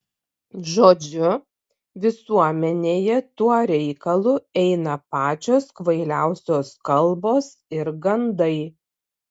žodžiu visuomenėje tuo reikalu eina pačios kvailiausios kalbos ir gandai